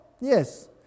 yes